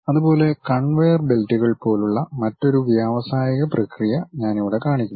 അതുപോലെ കൺവെയർ ബെൽറ്റുകൾ പോലുള്ള മറ്റൊരു വ്യാവസായിക പ്രക്രിയ ഞാൻ ഇവിടെ കാണിക്കുന്നു